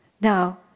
Now